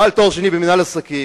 בעל תואר שני במינהל עסקים,